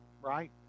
Right